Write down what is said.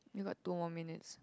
you got two more minutes